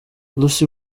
lucy